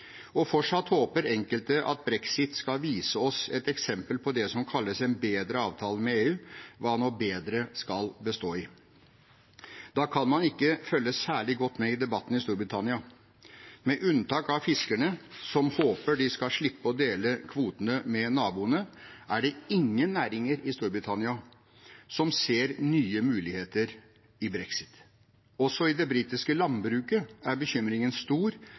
Fortsatt håper enkelte at brexit skal vise oss et eksempel på det som kalles en bedre avtale med EU – hva nå «bedre» skal bestå i. Da kan man ikke følge særlig godt med i debatten i Storbritannia. Med unntak av fiskerne, som håper de skal slippe å dele kvotene med naboene, er det ingen næringer i Storbritannia som ser nye muligheter i brexit. Også i det britiske landbruket er bekymringen stor,